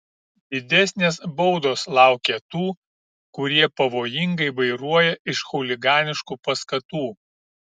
didesnės baudos laukia tų kurie pavojingai vairuoja iš chuliganiškų paskatų